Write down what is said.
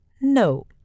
No